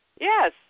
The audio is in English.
Yes